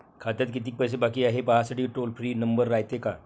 खात्यात कितीक पैसे बाकी हाय, हे पाहासाठी टोल फ्री नंबर रायते का?